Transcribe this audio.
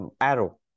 arrow